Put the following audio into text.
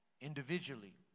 individually